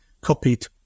copied